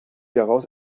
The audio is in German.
daraus